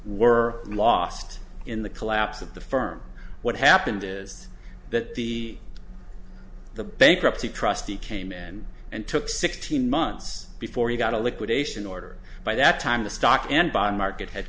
were lost in the collapse of the firm what happened is that the the bankruptcy trustee came in and took sixteen months before he got a liquidation order by that time the stock and bond market had